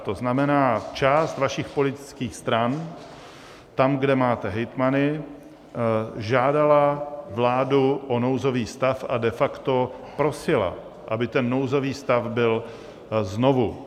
To znamená část vašich politických stran tam, kde máte hejtmany, žádala vládu o nouzový stav a de facto prosila, aby ten nouzový stav byl znovu.